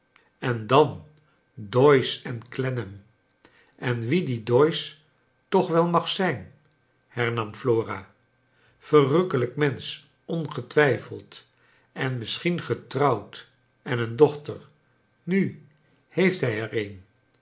en dan doyce en clennam en wie die doyce toch wel mag zijn hernam flora verrukkelijk mensch ongetwijfeld en misschien getrouwd en een dochter nu heeft hij er